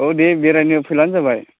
औ दे बेरायनो फैब्लानो जाबाय